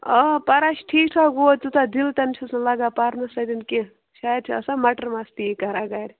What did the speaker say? آ پران چھُ ٹھیٖک ٹھاک وۅنۍ گوٚو تیٛوٗتاہ دِل تتیٚن چھُس نہٕ لگان پَرنَس سۭتۍ کیٚنٛہہ شاید چھُ آسان مَٹر مستی کران گَرِ